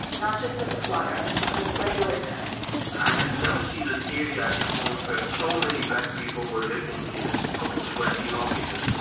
not just as squatters, but as regular tenants i had never seen an area in holland where so many black people were living in a couple of square kilometers.